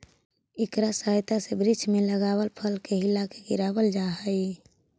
इकरा सहायता से वृक्ष में लगल फल के हिलाके गिरावाल जा हई